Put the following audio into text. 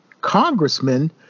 congressmen